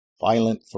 violent